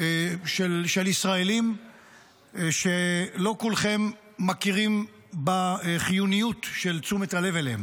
של ישראלים שלא כולכם מכירים בחיוניות של תשומת הלב אליהן.